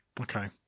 Okay